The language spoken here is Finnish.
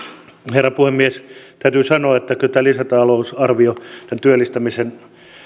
herra puhemies täytyy sanoa että kyllä tämä lisätalousarvio tämän työllistämisen